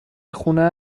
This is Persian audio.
خونه